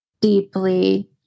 deeply